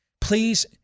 please